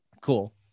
cool